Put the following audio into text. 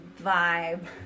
vibe